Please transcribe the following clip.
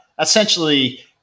essentially